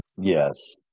Yes